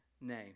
name